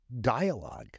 dialogue